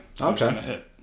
Okay